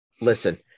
Listen